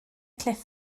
cliff